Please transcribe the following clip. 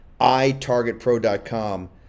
itargetpro.com